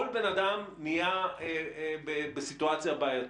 כל בן אדם נמצא בסיטואציה בעיתית.